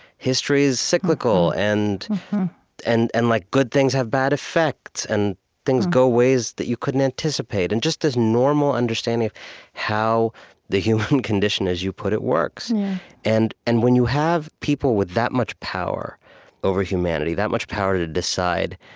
history is cyclical, and and and like good things have bad effects, and things go ways that you couldn't anticipate, and just this normal understanding of how the human condition, as you put it, works and and when you have people with that much power over humanity, that much power to decide